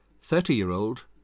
thirty-year-old